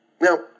Now